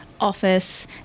office